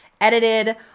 edited